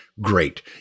great